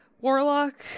warlock